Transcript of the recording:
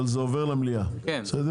אבל זה עובר למליאה בסדר?